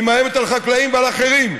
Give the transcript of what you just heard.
היא מאיימת על חקלאים ועל אחרים,